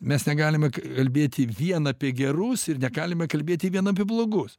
mes negalime kalbėti vien apie gerus ir negalime kalbėti vien apie blogus